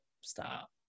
stop